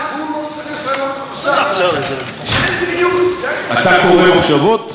שאין מדיניות, אתה קורא מחשבות?